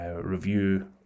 review